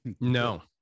No